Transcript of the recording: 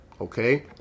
okay